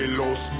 los